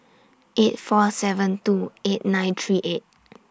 eight four seven two eight nine three eight